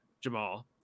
Jamal